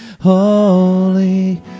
holy